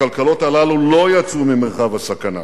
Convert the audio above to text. הכלכלות הללו לא יצאו ממרחב הסכנה,